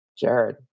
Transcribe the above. Jared